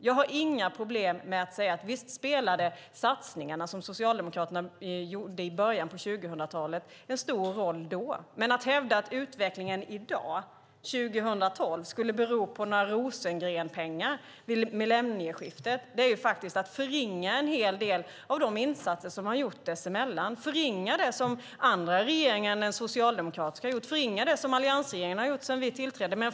Jag har inga problem med att säga: Visst spelade de satsningar som Socialdemokraterna gjorde i början av 2000-talet en stor roll då. Men att hävda att utvecklingen i dag, år 2012, beror på några Rosengrenspengar vid millennieskiftet är att förringa en hel del av de insatser som under tiden sedan dess gjorts, att förringa det som andra regeringar än socialdemokratiska regeringar gjort och att förringa det som vi i alliansregeringen gjort sedan vi tillträdde.